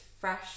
fresh